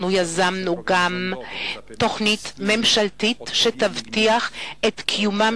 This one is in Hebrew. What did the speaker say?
אנחנו יזמנו גם תוכנית אסטרטגית ממשלתית שתבטיח את קיומם